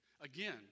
again